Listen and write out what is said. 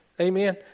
amen